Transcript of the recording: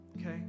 Okay